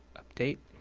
update.